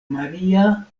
maria